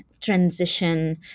transition